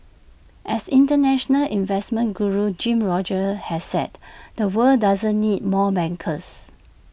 as International investment Guru Jim Rogers has said the world doesn't need more bankers